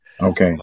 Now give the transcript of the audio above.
Okay